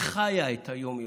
חיה את היום-יום.